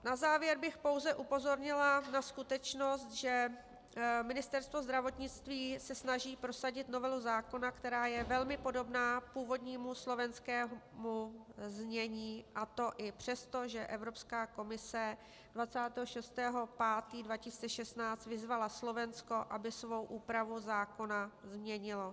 Na závěr bych pouze upozornila na skutečnost, že Ministerstvo zdravotnictví se snaží prosadit novelu zákona, která je velmi podobná původnímu slovenskému znění, a to i přesto, že Evropská komise 26. 5. 2016 vyzvala Slovensko, aby svou úpravu zákona změnilo.